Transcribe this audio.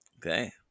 Okay